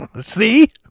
See